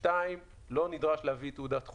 דבר שני, לא נדרש להביא תעודת חולה.